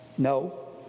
No